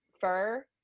fur